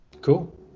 Cool